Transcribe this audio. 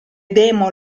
demo